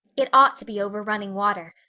it ought to be over running water.